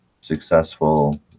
successful